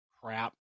crap